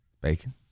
Bacon